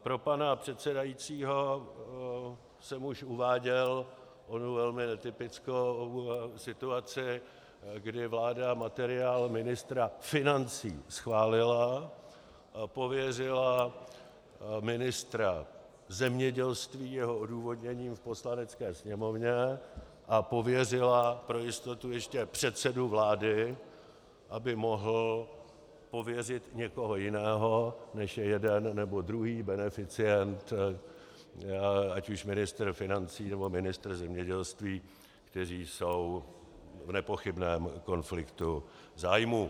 Pro pana předsedajícího jsem už uváděl onu velmi netypickou situaci, kdy vláda materiál ministra financí schválila a pověřila ministra zemědělství jeho odůvodněním v Poslanecké sněmovně a pověřila pro jistotu ještě předsedu vlády, aby mohl pověřit někoho jiného než je jeden nebo druhý beneficient, ať už ministr financí, nebo ministr zemědělství, kteří jsou v nepochybném konfliktu zájmů.